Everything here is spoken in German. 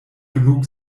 genug